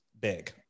big